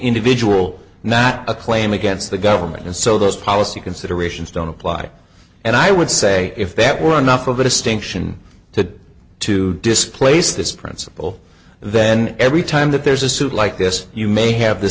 individual not a claim against the government and so those policy considerations don't apply and i would say if that were enough of a distinction to to displace this principle then every time that there's a suit like this you may have the